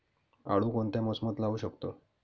आळू कोणत्या मोसमात लावू शकतो?